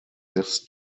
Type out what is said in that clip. this